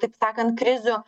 taip sakant krizių